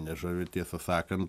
nežavi tiesą sakan